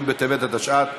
י' בטבת התשע"ט,